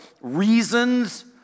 reasons